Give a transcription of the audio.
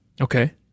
Okay